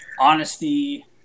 honesty